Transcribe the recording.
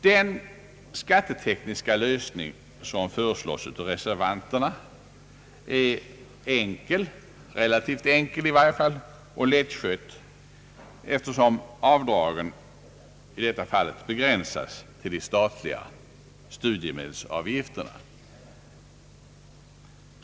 Den skattetekniska lösning som föreslås av reservanterna är relativt enkel och lättskött, eftersom avdragen i detta fall begränsas till de statliga studiemedelsavgifterna.